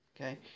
Okay